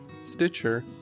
Stitcher